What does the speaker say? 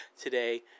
today